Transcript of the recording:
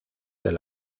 del